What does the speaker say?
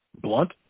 blunt